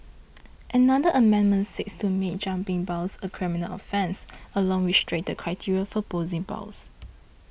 another amendment seeks to make jumping bail a criminal offence along with stricter criteria for posting bail